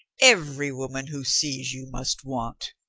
every woman who sees you must want.